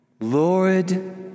Lord